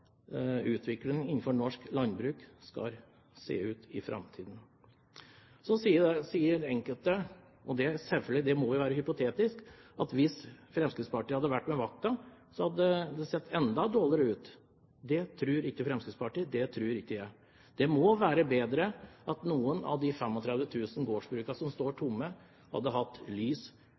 innenfor norsk landbruk skal bli i framtiden. Så sier enkelte – det må selvfølgelig være hypotetisk – at hvis Fremskrittspartiet hadde vært ved makten, hadde det sett enda dårligere ut. Det tror ikke Fremskrittspartiet, det tror ikke jeg. Det må være bedre at noen av de 35 000 gårdsbrukene som står tomme, hadde hatt lys,